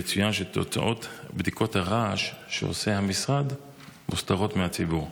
יצוין שתוצאות בדיקות הרעש שעושה המשרד מוסתרות מהציבור.